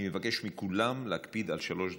אני מבקש מכולם להקפיד על שלוש דקות.